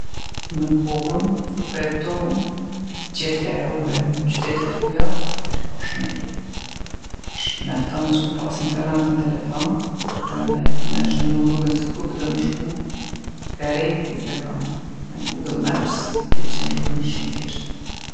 Në kohën kur po jetojmë, gjetja e rrugve n'qytete t'huja osht ba shumë e lehtë. Tash mjafton veç me pasë internet n'telefon edhe me shënu rrugën se ku po don me shku, krejt t'i tregon. Me gugëll maps e gjen rrugën shumë thjeshtë.